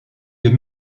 des